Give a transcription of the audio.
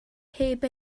heb